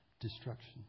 destruction